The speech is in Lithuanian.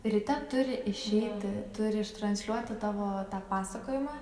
ryte turi išeiti turi ištransliuoti tavo pasakojimą